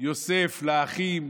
יוסף לאחים,